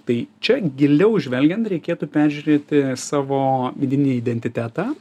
tai čia giliau žvelgiant reikėtų peržiūrėti savo vidinį identitetą